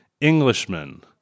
Englishman